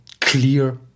clear